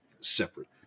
separate